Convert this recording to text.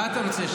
מה אתה רוצה?